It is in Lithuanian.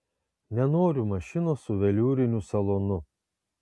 nenoriu mašinos su veliūriniu salonu